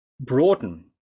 broaden